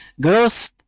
girls